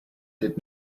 did